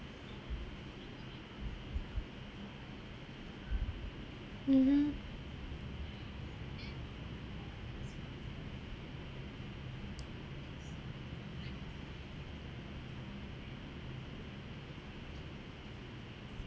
mmhmm